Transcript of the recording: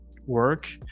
work